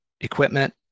Equipment